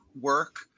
work